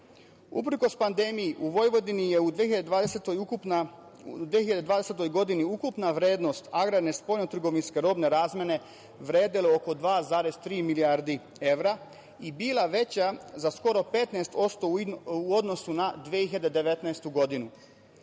pandemiji, u Vojvodini je u 2020. godini ukupna vrednost agrarne spoljnotrgovinske robne razmene vredela oko 2,3 milijarde evra i bila veća za skoro 15% u odnosu na 2019. godinu. Izvoz